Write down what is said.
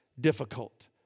difficult